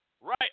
right